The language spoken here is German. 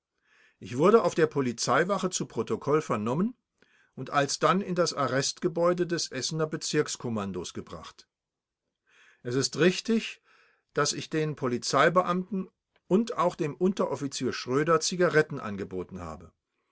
ich wurde auf der polizeiwache zu protokoll vernommen und alsdann in das arrestgebäude des essener bezirkskommandos gebracht es ist richtig daß ich den polizeibeamten und auch dem unteroffizier schröder zigaretten angeboten habe